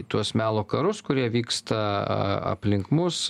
tuos melo karus kurie vyksta aplink mus